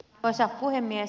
arvoisa puhemies